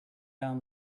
down